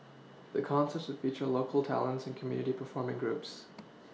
the concerts feature local talents and community performing groups